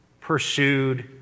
pursued